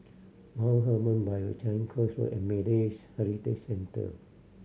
Mount Hermon Bible Changi Coast Road and Malays Heritage Centre